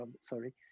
sorry